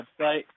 website